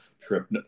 trip